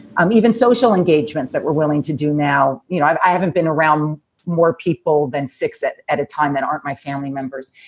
um even social engagements that we're willing to do. now, you know i haven't been around more people than six at at a time that aren't my family members.